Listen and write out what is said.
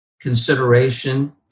consideration